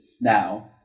now